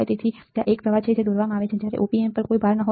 તેથી ત્યાં એક પ્રવાહ છે જે દોરવામાં આવે છે જ્યારે op amp પર કોઈ ભાર ન હોય